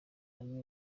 hamwe